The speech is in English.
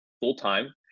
full-time